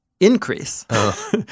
Increase